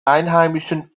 einheimischen